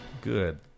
Good